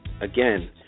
again